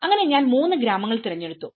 അങ്ങനെ ഞാൻ മൂന്ന് ഗ്രാമങ്ങൾ തിരഞ്ഞെടുത്തു